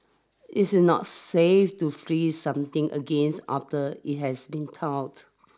it is not safe to freeze something against after it has been thawed